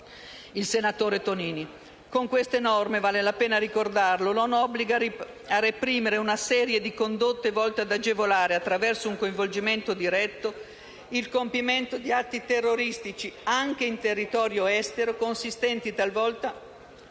il senatore Tonini). Con queste norme - vale la pena ricordarlo - l'ONU obbliga a reprimere una serie di condotte volte ad agevolare, attraverso un coinvolgimento diretto, il compimento di atti terroristici anche in territorio estero, consistenti talvolta